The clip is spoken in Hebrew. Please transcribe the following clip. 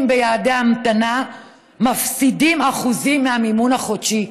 ביעדי המתנה מפסידות אחוזים מהמימון החודשי.